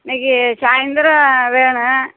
இன்றைக்கி சாயந்திரம் வேணும்